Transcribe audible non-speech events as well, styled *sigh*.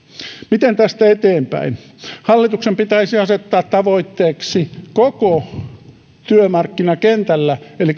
miten tästä eteenpäin hallituksen pitäisi asettaa tavoitteeksi koko työmarkkinakentällä eli *unintelligible*